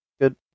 good